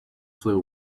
flew